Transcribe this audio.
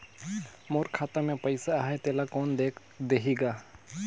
मोर खाता मे पइसा आहाय तेला कोन देख देही गा?